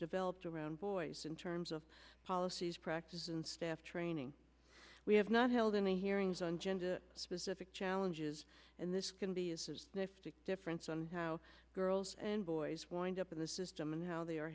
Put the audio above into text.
developed around boys in terms of policies practice and staff training we have not held in the hearings on gender specific challenges and this can be a difference on how girls and boys wind up in the system and how they are